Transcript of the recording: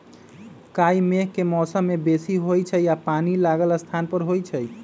काई मेघ के मौसम में बेशी होइ छइ आऽ पानि लागल स्थान पर होइ छइ